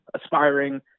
aspiring